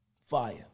fire